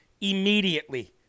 immediately